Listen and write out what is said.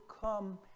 come